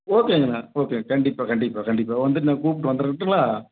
ஓகேங்கண்ணா ஓகே கண்டிப்பாக கண்டிப்பாக கண்டிப்பாக வந்து நான் கூப்பிட்டு வந்துடுட்டுங்களா